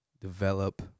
develop